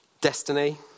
Destiny